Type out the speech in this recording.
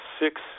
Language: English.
six